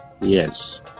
Yes